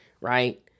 Right